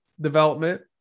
development